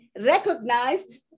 recognized